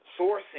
sourcing